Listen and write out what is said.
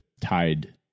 tied